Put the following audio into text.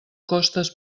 costes